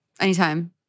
Anytime